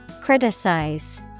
Criticize